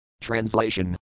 Translation